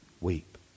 weep